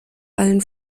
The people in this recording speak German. allen